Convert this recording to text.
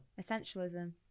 essentialism